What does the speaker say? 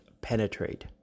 penetrate